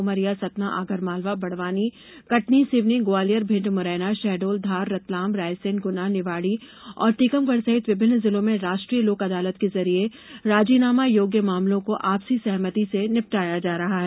उमरिया सतना आगरमालवा बड़वानी कटनी सिवनी ग्वालियर भिंड मुरैना शहडोल धार रतलाम रायसेन गुना निवाड़ी और टीकमगढ़ सहित विभिन्न जिलों में राष्ट्रीय लोक अदालत के जरिए राजीनामा योग्य मामलों को आपसी सहमति से निपटाया जा रहा है